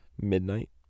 midnight